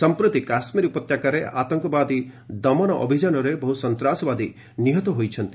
ସଂପ୍ରତି କାଶ୍ମୀର ଉପତ୍ୟକାରେ ଆତଙ୍କବାଦୀ ଦମନ ଅଭିଯାନରେ ବହୁ ସନ୍ତାସବାଦୀ ପ୍ରାଣ ହରାଇଛନ୍ତି